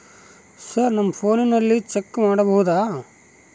Sir ನಮ್ಮ ಫೋನಿನಲ್ಲಿ check ಮಾಡಬಹುದಾ?